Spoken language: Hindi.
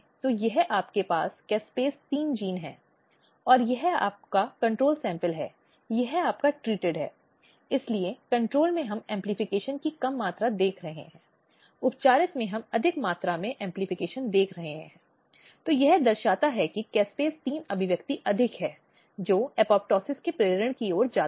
तो हमने पिछले कुछ महीनों या सालों में बेटी बचाओ बेटी पढ़ाओ पहल के बारे में सुना होगा